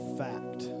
fact